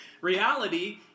reality